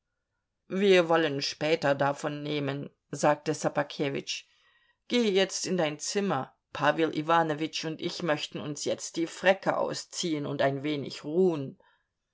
wir wollen später davon nehmen sagte ssobakewitsch geh jetzt in dein zimmer pawel iwanowitsch und ich möchten uns jetzt die fräcke ausziehen und ein wenig ruhen